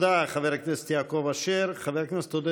תודה, חבר הכנסת יעקב אשר.